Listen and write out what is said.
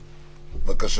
בבקשה.